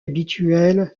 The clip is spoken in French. habituelle